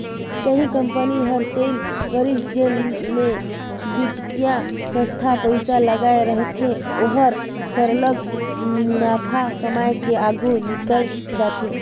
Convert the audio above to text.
कहीं कंपनी हर चइल परिस जेन म बित्तीय संस्था पइसा लगाए रहथे ओहर सरलग मुनाफा कमाए के आघु निकेल जाथे